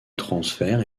transfert